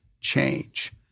change